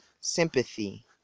sympathy